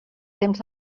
temps